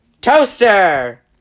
Toaster